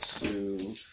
two